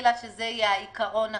מלכתחילה שזה יהיה העיקרון הקבוע.